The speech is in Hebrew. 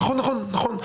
נכון, נכון.